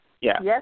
Yes